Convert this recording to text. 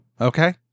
okay